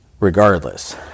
Regardless